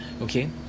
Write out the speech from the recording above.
okay